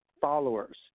followers